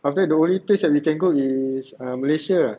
after that the only place that we can go is err malaysia